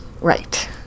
Right